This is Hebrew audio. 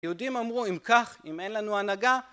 יהודים אמרו אם כך, אם אין לנו הנהגה,